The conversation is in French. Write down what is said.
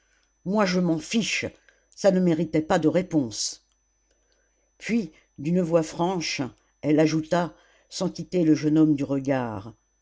moi je m'en fiche ça ne méritait pas de réponse puis d'une voix franche elle ajouta sans quitter le jeune homme du regard